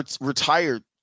retired